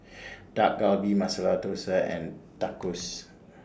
Dak Galbi Masala Dosa and Tacos